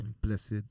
blessed